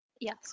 Yes